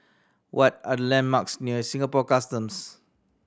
what are the landmarks near Singapore Customs